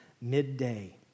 midday